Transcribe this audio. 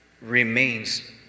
remains